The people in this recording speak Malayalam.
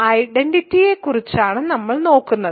R ലെ അഡിറ്റിവിറ്റിയെക്കുറിച്ചാണ് നമ്മൾ നോക്കുന്നത്